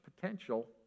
potential